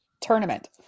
tournament